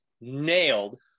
nailed